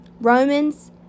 Romans